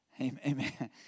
Amen